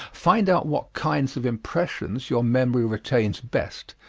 find out what kinds of impressions your memory retains best,